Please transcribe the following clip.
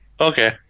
Okay